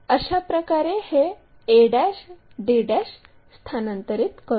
आता अशाप्रकारे हे a d स्थानांतरित करू